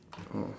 oh